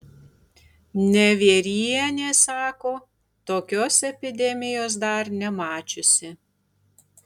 nevierienė sako tokios epidemijos dar nemačiusi